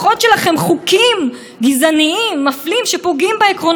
אז באמת השקרים האלה לא מועילים למדינת ישראל.